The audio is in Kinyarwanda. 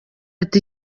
ati